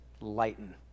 lighten